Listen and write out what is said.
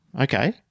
Okay